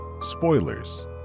spoilers